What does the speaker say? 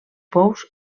pous